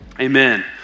Amen